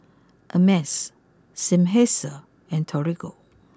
Ameltz Seinheiser and Torigo